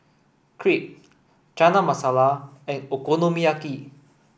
Crepe Chana Masala and Okonomiyaki